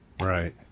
Right